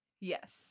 yes